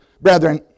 brethren